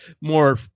more